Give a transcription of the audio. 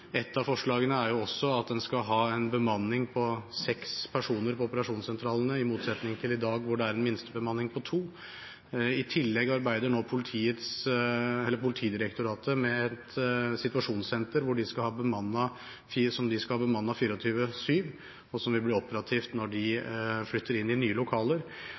Et av forslagene er at en skal ha en bemanning på seks personer på operasjonssentralene, i motsetning til i dag hvor det er en minstebemanning på to personer. I tillegg arbeider nå Politidirektoratet med et situasjonssenter som de skal ha bemannet 24/7, og som vil bli operativt når de flytter inn i nye lokaler.